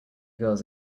girls